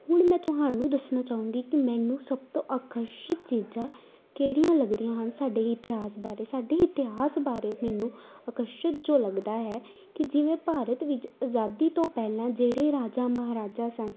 ਹੁਣ ਮੈਂ ਤੁਹਾਨੂੰ ਦੱਸਣਾ ਚਾਹਾਂਗੀ ਕਿ ਮੈਨੂੰ ਸਭ ਤੋਂ ਆਕਰਸ਼ਿਤ ਚੀਜ਼ਾਂ ਕਿਹੜੀਆਂ ਲੱਗਦੀਆਂ ਹਨ ਸਾਡੇ ਇਤਿਹਾਸ ਬਾਰੇ ਸਾਡੇ ਇਤਿਹਾਸ ਬਾਰੇ ਮੈਨੂੰ ਆਕਰਸ਼ਿਤ ਜੋ ਲੱਗਦਾ ਹੈ ਕਿ ਜਿਵੇਂ ਭਾਰਤ ਵਿੱਚ ਆਜ਼ਾਦੀ ਤੋਂ ਪਹਿਲਾਂ ਜਿਹੜੇ ਰਾਜਾ ਮਹਾਰਾਜਾ ਸਨ